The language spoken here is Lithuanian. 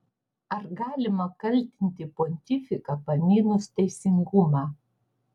ar galima kaltinti pontifiką pamynus teisingumą